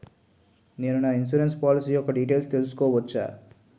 నేను నా insurance policy యెక్క డీటైల్స్ తెల్సుకోవచ్చా?